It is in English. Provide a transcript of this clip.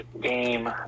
game